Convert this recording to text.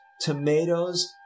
tomatoes